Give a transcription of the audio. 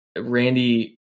Randy